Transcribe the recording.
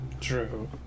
True